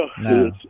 No